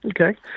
Okay